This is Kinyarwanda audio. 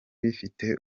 bifite